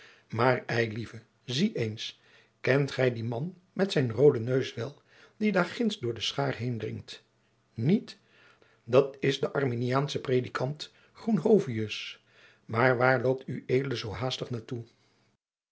maar eilieve zie eens kent gij dien man met zijn rooden neus wel die daar ginds door de schaar heendringt niet dat is de arminiaansche predikant groenhovius maar waar loopt ued zoo haastig naar toe